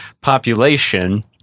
population